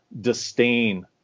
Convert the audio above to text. disdain